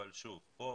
אבל פה צריך,